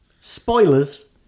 Spoilers